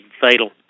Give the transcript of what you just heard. fatal